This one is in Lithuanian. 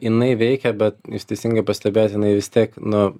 jinai veikia bet jūs teisingai pastebėjot jinai vis tiek nu